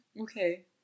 okay